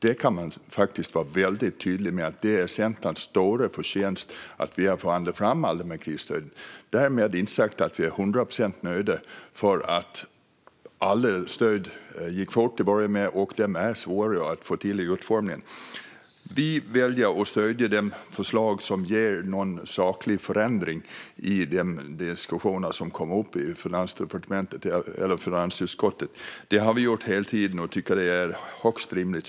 Man kan faktiskt vara väldigt tydlig med att det är Centerns förtjänst att alla dessa krisstöd har förhandlats fram. Därmed inte sagt att vi är hundra procent nöjda - alla stöd gick fort till att börja med, och de är svåra att få till i utformningen. Vi väljer att stödja de förslag som ger någon saklig förändring i de diskussioner som kommer upp i finansutskottet. Det har vi gjort hela tiden, och vi tycker att det är högst rimligt.